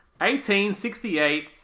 1868